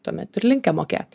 tuomet ir linkę mokėti